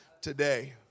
today